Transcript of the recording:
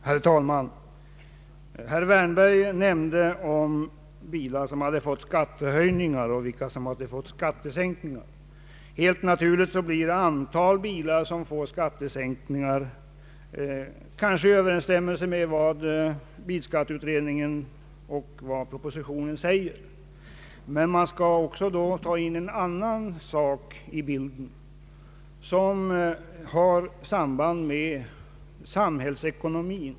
Herr talman! Herr Wärnberg nämnde bilar som fått skattehöjningar och bilar som fått skattesänkningar. Helt naturligt blir antalet bilar som får skattesänkningar störst — kanske i överensstämmelse med vad bilskatteutredningen och propositionen säger — men man skall också ta in i bilden en annan sak, som har samband med samhällsekonomin.